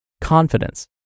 Confidence